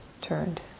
turned